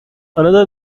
another